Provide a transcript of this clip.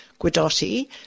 guidotti